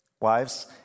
wives